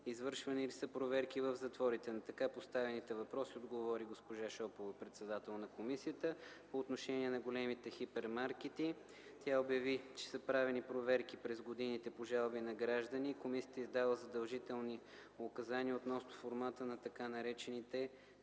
извършвани ли са проверки в затворите? На така поставените въпроси отговори госпожа Шопова, председател на комисията. По отношение на големите хипермаркети тя обяви, че са правени проверки през годините по жалби на граждани и Комисията е издала задължителни указания относно формата на тъй наречените